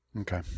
Okay